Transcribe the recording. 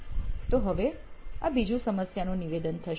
તો હવે આ બીજું સમસ્યાનું નિવેદન થશે